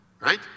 right